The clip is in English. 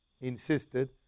insisted